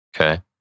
Okay